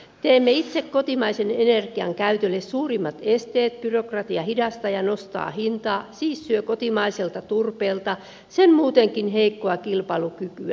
teemme itse kotimaisen energian käytölle suurimmat esteet byrokratia hidastaa ja nostaa hintaa siis syö kotimaiselta turpeelta sen muutenkin heikkoa kilpailukykyä